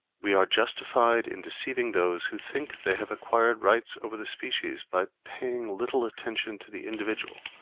we are justified in deceiving those who think they have acquired rights over the species by paying little attention to the individual,